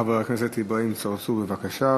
חבר הכנסת אברהים צרצור, בבקשה.